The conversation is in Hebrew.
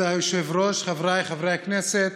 כבוד היושב-ראש, חבריי חברי הכנסת,